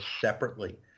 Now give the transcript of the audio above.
separately